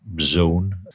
zone